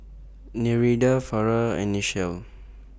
Nereida Farrah and Nichelle